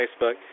Facebook